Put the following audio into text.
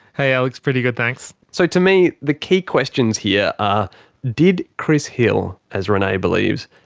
hey alex, pretty good thanks. so. to me, the key questions here, are did chris hill, as renay believes,